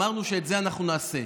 אמרנו שאת זה אנחנו נעשה.